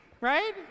Right